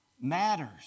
matters